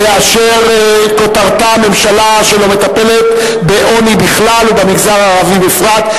אשר כותרתה: ממשלה שלא מטפלת בעוני בכלל ובמגזר הערבי בפרט,